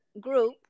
group